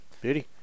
Beauty